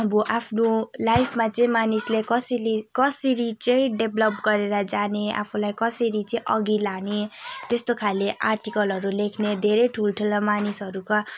अब आफ्नो लाइफमा चाहिँ मानिसले कसली कसरी चाहिँ डेभ्लप गरेर जाने आफूलाई कसरी चाहिँ अघि लाने त्यस्तो खाले आर्टिकलहरू लेख्ने धेरै ठुलठुला मानिसहरूका